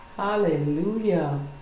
Hallelujah